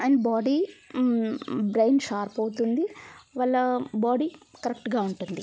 and body brain sharp అవుతుంది వాళ్ళ body కరెక్ట్గా ఉంటుంది